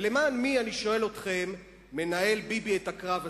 ולמען מי, אני שואל אתכם, מנהל ביבי את הקרב הזה?